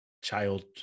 child